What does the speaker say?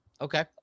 Okay